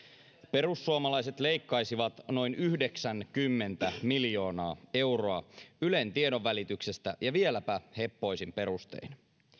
perussuomalaiset leikkaisivat noin yhdeksänkymmentä miljoonaa euroa ylen tiedonvälityksestä ja vieläpä heppoisin perustein